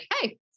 hey